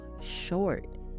short